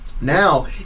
now